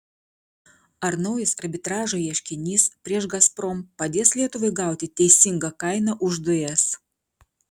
ar naujas arbitražo ieškinys prieš gazprom padės lietuvai gauti teisingą kainą už dujas